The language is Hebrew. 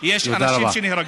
מוותר.